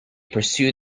pursue